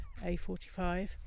A45